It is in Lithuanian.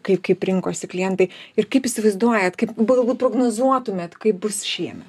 kai kaip rinkosi klientai ir kaip įsivaizduojat kaip balugu prognozuotumėt kaip bus šiemet